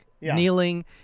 kneeling